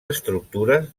estructures